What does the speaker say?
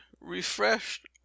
refreshed